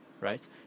right